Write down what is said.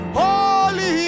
holy